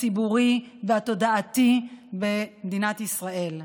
הציבורי והתודעתי במדינת ישראל.